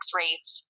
rates